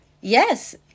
Yes